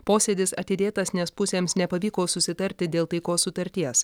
posėdis atidėtas nes pusėms nepavyko susitarti dėl taikos sutarties